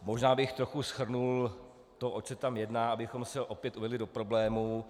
Možná bych trochu shrnul to, oč se tam jedná, abychom se opět uvedli do problému.